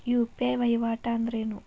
UPI ವಹಿವಾಟ್ ಅಂದ್ರೇನು?